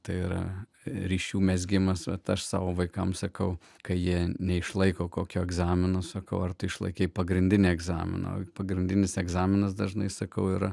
tai yra ryšių mezgimas vat aš savo vaikams sakau kai jie neišlaiko kokio egzamino sakau ar tu išlaikei pagrindinę egzamino pagrindinis egzaminas dažnai sakau yra